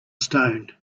stone